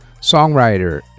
Songwriter